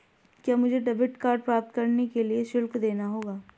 क्या मुझे debit card प्राप्त करने के लिए शुल्क देना होगा?